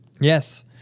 Yes